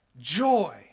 Joy